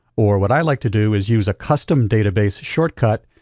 or, what i like to do is use a custom database shortcut,